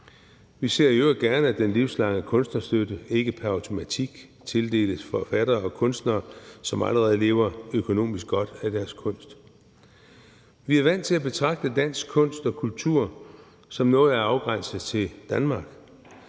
Vi ser i øvrigt gerne, at den livslange kunstnerstøtte ikke pr. automatik tildeles forfattere og kunstnere, som allerede lever økonomisk godt af deres kunst. Kl. 12:41 Vi er vant til at betragte dansk kunst og kultur som noget, der afgrænses til Danmark,